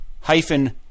hyphen